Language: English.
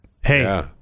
Hey